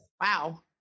Wow